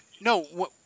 no